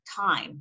time